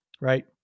Right